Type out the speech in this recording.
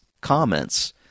comments